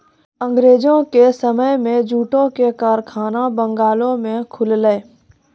अंगरेजो के समय मे जूटो के कारखाना बंगालो मे खुललै